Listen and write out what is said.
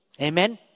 Amen